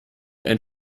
einen